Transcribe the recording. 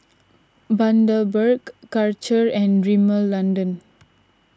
Bundaberg Karcher and Rimmel London